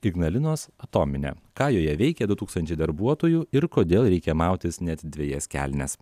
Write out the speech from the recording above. ignalinos atominę ką joje veikia du tūkstančiai darbuotojų ir kodėl reikia mautis net dvejas kelnes